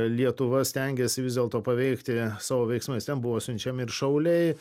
lietuva stengėsi vis dėlto paveikti savo veiksmais ten buvo siunčiami ir šauliai